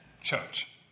Church